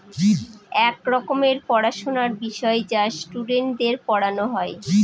এক রকমের পড়াশোনার বিষয় যা স্টুডেন্টদের পড়ানো হয়